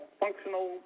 functional